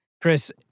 Chris